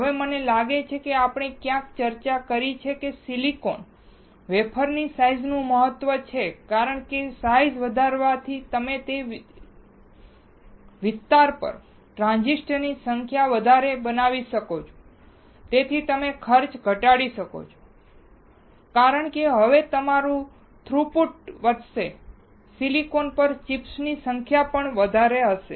હવે મને લાગે છે કે આપણે ક્યાંક ચર્ચા કરી છે કે સિલિકોન વેફરની સાઈઝ મહત્વનું છે કારણ કે સાઈઝ વધારવાથી તમે તે જ વિસ્તાર પર ટ્રાંઝિસ્ટર ની સંખ્યા વધારે બનાવી શકો છો અને તેથી તમે ખર્ચ ઘટાડી શકો છો કારણ કેહવે તમારું થ્રુપુટ વધશે અથવા સિલિકોન પર ચિપ્સની સંખ્યા વધશે